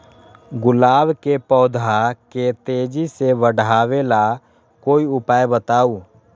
गुलाब के पौधा के तेजी से बढ़ावे ला कोई उपाये बताउ?